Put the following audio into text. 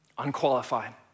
Unqualified